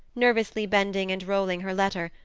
nervously bending and rolling her letter,